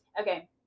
Okay